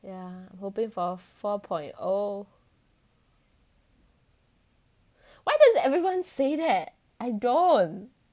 yeah hoping for four point O why does everyone say that I don't